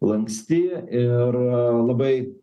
lanksti ir labai